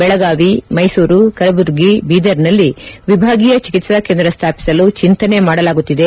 ಬೆಳಗಾವಿ ಮೈಸೂರು ಕಲಬುರಗಿ ಬೀದರ್ನಲ್ಲಿ ವಿಭಾಗೀಯ ಚಿಕಿತ್ಸಾ ಕೇಂದ್ರ ಸ್ವಾಪಿಸಲು ಚಿಂತನೆ ಮಾಡಲಾಗುತ್ತಿದೆ